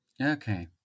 Okay